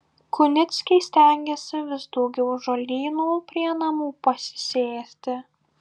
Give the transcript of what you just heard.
kunickiai stengiasi vis daugiau žolynų prie namų pasisėti